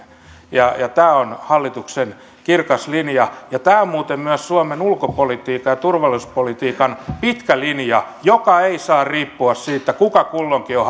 tämä on hallituksen kirkas linja ja tämä on muuten myös suomen ulko ja turvallisuuspolitiikan pitkä linja joka ei saa riippua siitä kuka kulloinkin on